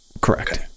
Correct